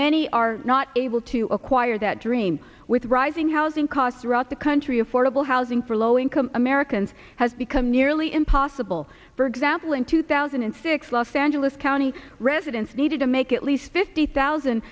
many are not able to acquire that dream with rising housing costs throughout the country affordable housing for low income americans has become nearly impossible for example in two thousand and six los angeles county residents needed to make at least fifty thousand